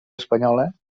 espanyola